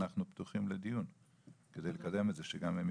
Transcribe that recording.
אנחנו פתוחים לדיון כדי לקדם את זה שגם הם יקבלו.